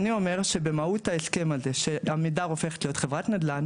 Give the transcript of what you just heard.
אני אומר שבמהות ההסכם הזה שעמידר הופכת להיות חברת נדל"ן